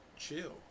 chill